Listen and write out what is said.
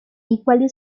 equally